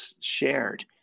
shared